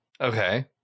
Okay